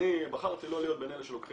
אני בחרתי לא להיות בין אלה שלוקחים